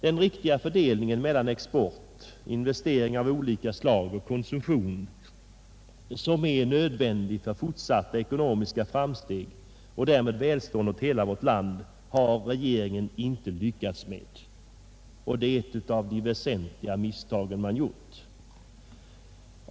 Den riktiga fördelningen mellan export, investeringar av olika slag samt konsumtion, vilken fördelning är nödvändig för fortsatta ekonomiska framsteg och därmed ett fortsatt välstånd åt hela vårt land, har regeringen icke lyckats med. Det är ett av de väsentliga misstag som regeringen gjort.